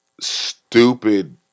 stupid